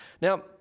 Now